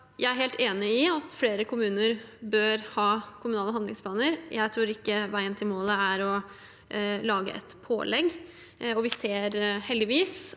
Jeg er helt enig i at flere kommuner bør ha kommunale handlingsplaner. Jeg tror ikke veien til målet er å lage et pålegg. Vi ser heldigvis